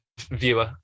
viewer